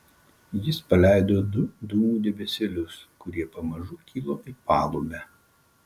jis paleido du dūmų debesėlius kurie pamažu kilo į palubę